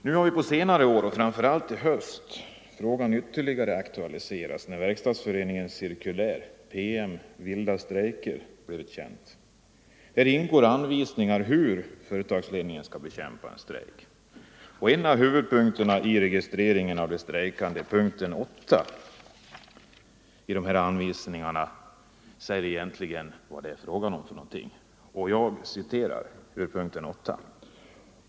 Nu har på senare år och framför allt i höst frågan ytterligare aktualiserats, nämligen när Verkstadsföreningens cirkulär ”PM-Vilda strejker” blev känt. Denna PM innehåller anvisningar om hur företagsledningen skall bekämpa en strejk. Punkt 8 i dessa anvisningar — en av huvudpunkterna — säger vad det är fråga om. I denna punkt heter det: ”8.